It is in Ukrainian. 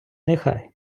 нехай